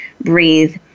breathe